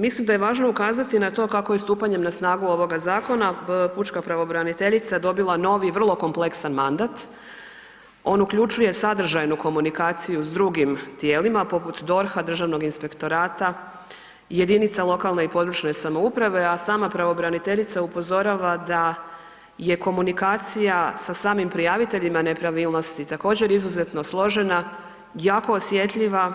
Mislim da je važno ukazati na to kako je stupanjem na snagu ovoga zakona pučka pravobraniteljica dobila novi vrlo kompleksan mandat, on uključuje sadržajnu komunikaciju s drugim tijelima poput DORH-a, Državnog inspektorata, jedinica lokalne i područne samouprave, a sama pravobraniteljica upozorava da je komunikacija sa samim prijaviteljima nepravilnosti također izuzetno složena, jako osjetljiva